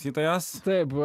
sytojos taip